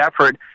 effort